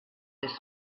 this